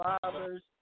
fathers